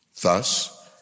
Thus